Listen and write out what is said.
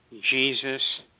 jesus